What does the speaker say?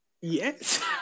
Yes